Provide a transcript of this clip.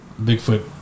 Bigfoot